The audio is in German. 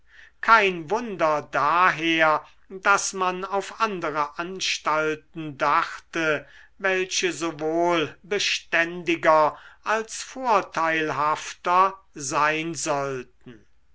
kein wunder daher daß man auf andere anstalten dachte welche sowohl beständiger als vorteilhafter sein sollten